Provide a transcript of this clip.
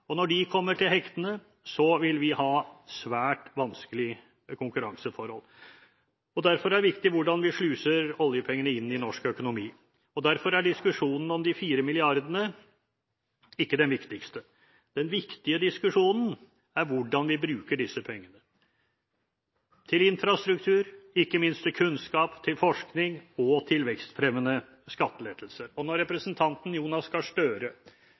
og når de kommer til hektene, vil vi ha svært vanskelige konkurranseforhold. Derfor er det viktig hvordan vi sluser oljepengene inn i norsk økonomi, og derfor er diskusjonen om de fire milliarder kronene ikke den viktigste. Den viktige diskusjonen er hvordan vi bruker disse pengene – til infrastruktur og ikke minst til kunnskap, forskning og vekstfremmende skattelettelser. Når representanten Jonas Gahr Støre